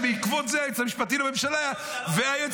ובעקבות זה היועץ המשפטי לממשלה והיועץ